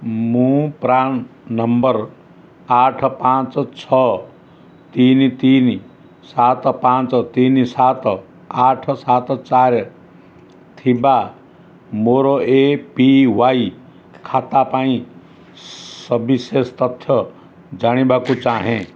ମୁଁ PRAN number ଆଠ ପାଞ୍ଚ ଛଅ ତିନି ତିନି ସାତ ପାଞ୍ଚ ତିନି ସାତ ଆଠ ସାତ ଚାରି ଥିବା ମୋର ଏ ପି ୱାଇ ଖାତା ପାଇଁ ସବିଶେଷ ତଥ୍ୟ ଜାଣିବାକୁ ଚାହେଁ